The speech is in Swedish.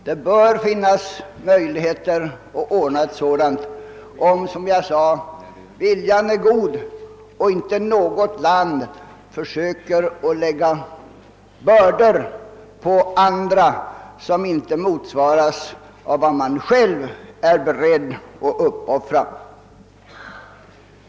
Det bör finnas möjligheter att få till stånd ett sådant om, såsom jag framhållit, viljan är god och inte något land försöker att lägga bördor på andra som inte motsvaras av vad man själv är beredd att uppoffra.